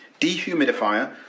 dehumidifier